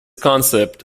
concept